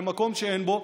מקום שאין בו,